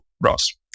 Ross